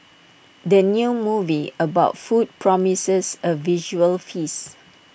the new movie about food promises A visual feast